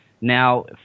Now